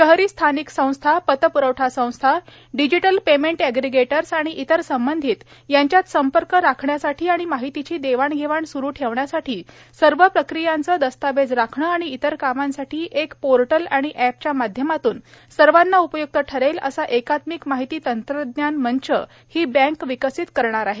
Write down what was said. शहरी स्थानिक संस्था पतप्रवठा संस्था डिजिटल पेमेंट ऍग्रीगेटर्स आणि इतर संबंधित यांच्यात संपर्क राखण्यासाठी आणि माहितीची देवाणघेवाण स्रू ठेवण्यासाठी सर्व प्रक्रियांचे दस्तावेज राखणे आणि इतर कामांसाठी एक पोर्टल आणि ऍपच्या माध्यमातून सर्वांना उपय्क्त ठरेल असा एकात्मिक माहिती तंत्रज्ञान मंच ही बँक विकसित करेल